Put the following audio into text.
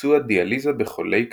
ביצוע דיאליזה בחולי כליות.